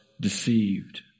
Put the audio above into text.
deceived